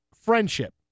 friendship